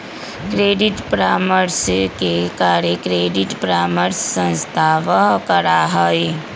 credit परामर्श के कार्य क्रेडिट परामर्श संस्थावह करा हई